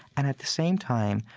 and at the same time,